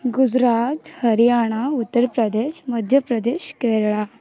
Gujarat Haryana Uttar Pradesh Madhya Pradesh Kerala